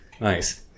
Nice